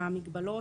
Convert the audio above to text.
מה המגבלות,